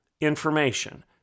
information